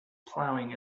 plowing